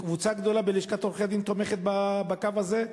קבוצה גדולה בלשכת עורכי-הדין תומכת בקו הזה,